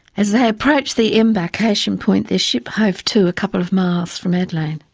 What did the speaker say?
as they approached the embarkation point their ship hove to a couple of miles from adelaide.